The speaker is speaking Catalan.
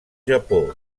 japó